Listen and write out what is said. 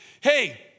hey